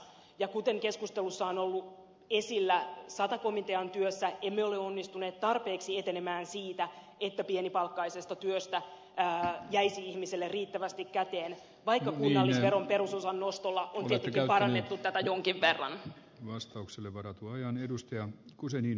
ja kuten keskustelussa on ollut esillä sata komitean työssä emme ole onnistuneet tarpeeksi etenemään siinä että pienipalkkaisesta työstä jäisi ihmiselle riittävästi käteen vaikka kunnallisveron perusosan nostolla on tietenkin parannettu tätä jonkin verran vastauksen varaa tuojan edustajan kusenin